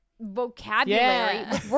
vocabulary